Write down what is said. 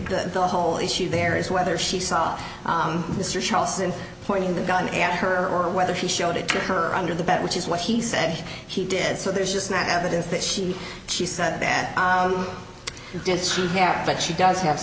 the whole issue there is whether she saw mr charles in pointing the gun at her or whether she showed it to her under the bed which is what he said he did so there's just not evidence that she she said that did she have but she does have